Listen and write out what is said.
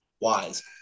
wise